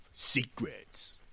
Secrets